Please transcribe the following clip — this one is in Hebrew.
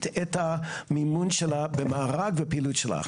את המימון שלה במארג בפעילות שלך.